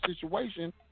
situation